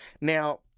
Now